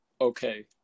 okay